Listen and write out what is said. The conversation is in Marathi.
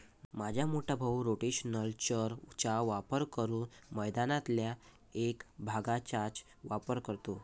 माझा मोठा भाऊ रोटेशनल चर चा वापर करून मैदानातल्या एक भागचाच वापर करतो